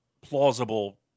plausible